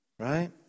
Right